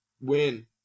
Win